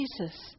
Jesus